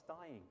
dying